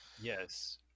yes